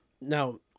Now